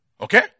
Okay